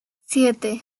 siete